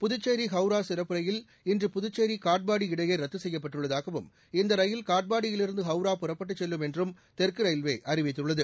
புதுச்சேரி ஹவுரா சிறப்பு ரயில் இன்று புதுச்சேரி காட்பாடி இடையே ரத்து செய்யப்பட்டுள்ளதாகவும் இந்த ரயில் காட்பாடியிலிருந்து ஹவுரா புறப்பட்டுச் செல்லும் என்றும் தெற்கு ரயில்வே அறிவித்துள்ளது